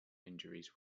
injuries